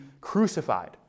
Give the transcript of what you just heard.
crucified